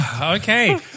Okay